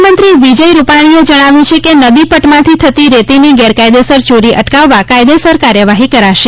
મુખ્યમંત્રી વિજય રૂપાણીએ જણાવ્યું છે કે નદી પટમાંથી થતી રેતીની ગેરકાયદેસર ચોરી અટકાવવા કાયદેસર કાર્યવાહી કરાશે